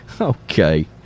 Okay